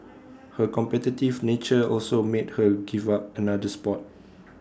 her competitive nature also made her give up another Sport